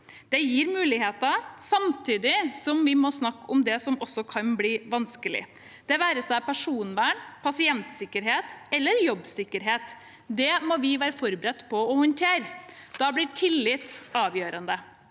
Det gir muligheter, samtidig som vi må snakke om det som også kan bli vanskelig – det være seg personvern, pasientsikkerhet eller jobbsikkerhet. Det må vi være forberedt på å håndtere. Da blir tillit avgjørende.